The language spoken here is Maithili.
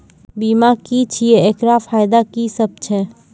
बीमा की छियै? एकरऽ फायदा की सब छै?